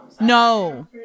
No